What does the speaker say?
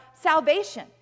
salvation